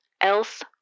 Else